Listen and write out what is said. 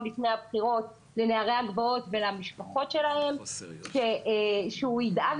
לפני הבחירות לנערי הגבעות ולמשפחות שלהם שהוא ידאג